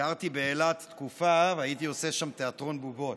גרתי באילת תקופה והייתי עושה שם תיאטרון בובות.